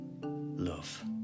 love